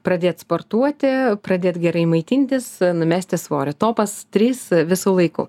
pradėt sportuoti pradėt gerai maitintis numesti svorio topas trys visų laikų